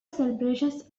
celebrations